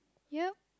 yup